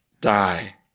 die